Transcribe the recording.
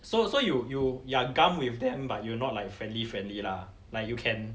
so so you you you're gum with them but you not like friendly friendly lah like you can